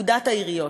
פקודת העיריות.